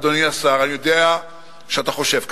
אדוני השר: אני יודע שאתה חושב ככה.